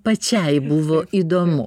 pačiai buvo įdomu